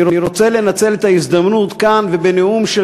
אני רוצה לנצל את ההזדמנות כאן ובנאום של